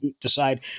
decide